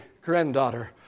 granddaughter